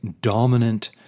dominant